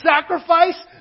sacrifice